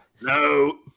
No